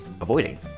avoiding